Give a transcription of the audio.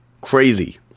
Crazy